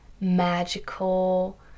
magical